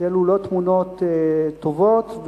אלו לא תמונות טובות,